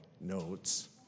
notes